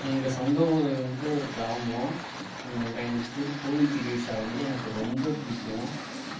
எங்கள் சொந்த ஊர் வந்து ஒரு கிராமம் அந்த ரெயின் ஊர் கோவில் திருவிழா வந்து எனக்கு ரொம்ப பிடிக்கும்